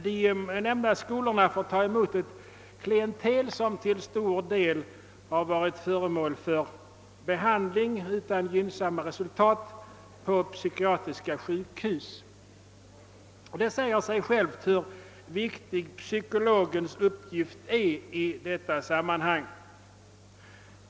De nämnda skolorna får ta emot ett klientel som till stor del har varit föremål för behandling utan gynnsamma resultat på psykiatriska sjukhus. Det säger sig självt hur viktig psykologens uppgift är i detta sammanhang.